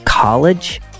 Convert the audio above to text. College